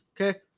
okay